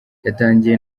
yatangiye